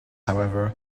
however